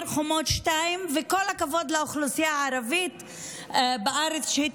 מישהו תכנן לפתוח בשומר חומות 2. הבטיח לנו: יהיה שומר חומות 2,